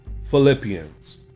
Philippians